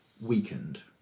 weakened